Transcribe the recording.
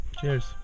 Cheers